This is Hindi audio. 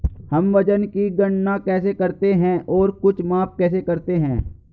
हम वजन की गणना कैसे करते हैं और कुछ माप कैसे करते हैं?